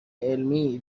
علمی